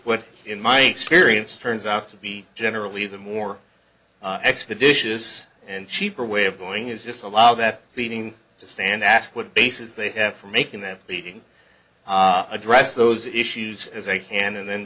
what in my experience turns out to be generally the more expeditious and cheaper way of going is just allow that beating to stand ask what basis they have for making that pleading address those issues as they can and then